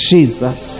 Jesus